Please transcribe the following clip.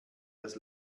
das